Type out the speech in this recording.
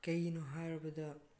ꯀꯩꯒꯤꯅꯣ ꯍꯥꯏꯔꯕꯗ